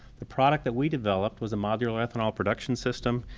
the product that we developed was a modular ethanol production system,